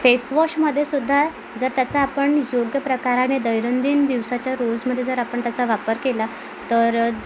फेसवॉशमध्येसुद्धा जर त्याचा आपण योग्य प्रकाराने दैनंदिन दिवसाच्या रूल्समध्ये जर आपण त्याचा वापर केला तर